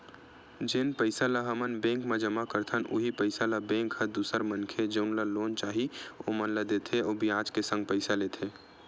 जेन पइसा ल हमन बेंक म जमा करथन उहीं पइसा ल बेंक ह दूसर मनखे जउन ल लोन चाही ओमन ला देथे अउ बियाज के संग पइसा लेथे